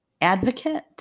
advocate